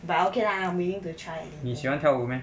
but okay lah willing to try